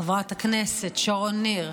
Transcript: חברת הכנסת שרון ניר,